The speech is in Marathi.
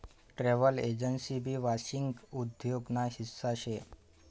ट्रॅव्हल एजन्सी भी वांशिक उद्योग ना हिस्सा शे